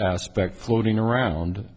aspect floating around